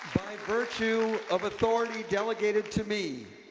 virtue of authority delegated to me,